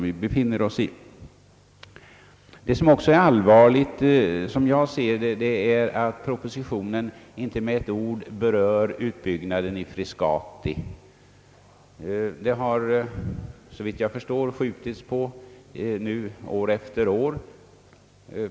Vad som också är allvarligt, som jag ser det, är att propositionen inte med ett ord berör utbyggnaden i Frescati. Den utbyggnaden har såvitt jag för står skjutits framåt i tiden år efter år.